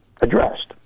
addressed